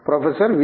professor V